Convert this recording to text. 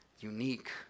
unique